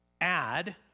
add